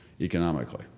economically